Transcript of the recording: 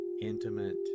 intimate